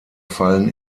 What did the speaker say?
fallen